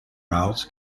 routes